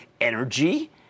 Energy